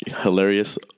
Hilarious